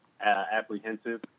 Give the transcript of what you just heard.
apprehensive